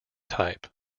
type